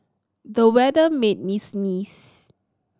the weather made me sneeze